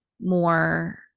more –